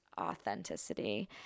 authenticity